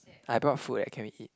I brought food eh can we eat